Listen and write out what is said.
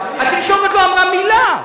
התקשורת לא אמרה מלה.